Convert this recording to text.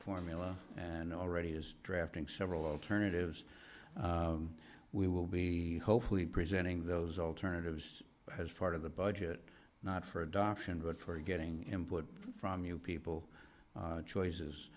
formula and already is drafting several alternatives we will be hopefully presenting those alternatives as part of the budget not for adoption but for getting input from you people choices